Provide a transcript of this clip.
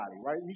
right